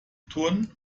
turnen